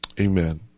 Amen